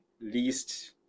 least